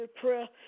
prayer